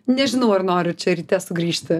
nežinau ar noriu čia ryte sugrįžti